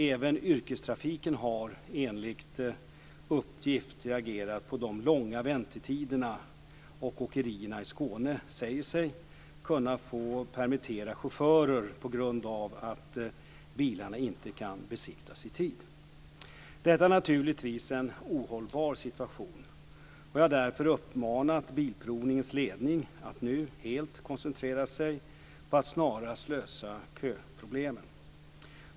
Även yrkestrafiken har, enligt uppgift, reagerat på de långa väntetiderna, och åkerierna i Skåne säger sig kunna få permittera chaufförer på grund av att bilarna inte kan besiktigas i tid. Detta är naturligtvis en ohållbar situation, och jag har därför uppmanat Bilprovningens ledning att nu helt koncentrera sig på att snarast lösa köproblemen.